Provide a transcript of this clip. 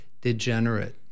degenerate